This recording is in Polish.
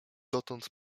dotąd